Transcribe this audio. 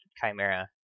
Chimera